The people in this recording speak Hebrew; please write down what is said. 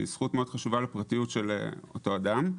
כי היא זכות מאוד חשובה לפרטיות של אותו אדם.